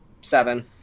seven